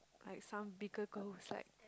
like some bigger goals like